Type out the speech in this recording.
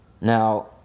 Now